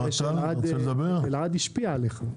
אני רואה שאלעד השפיע עליך.